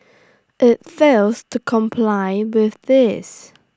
IT fails to comply with this